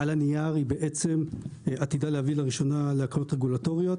על הנייר היא עתידה להביא לראשונה להקלות רגולטוריות